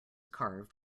carved